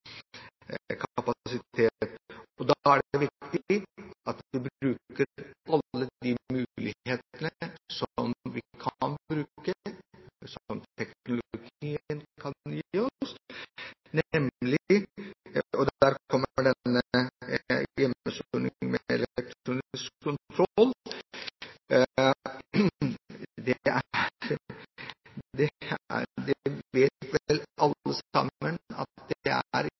Da er det viktig at vi bruker alle de mulighetene vi kan bruke og som teknologien kan gi oss, og der kommer denne hjemmesoningen med elektronisk kontroll inn. Alle sammen vet vel at det ikke er mer enn de siste fire månedene før forventet prøveløslatelse, dette kan brukes. Uansett er